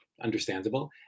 understandable